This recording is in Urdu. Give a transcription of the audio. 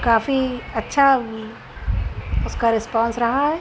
کافی اچھا اس کا رسپونس رہا ہے